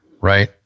right